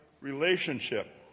relationship